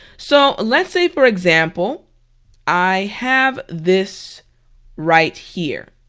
so let's say for example i have this right here.